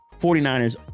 49ers